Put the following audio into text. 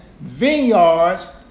vineyards